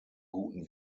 guten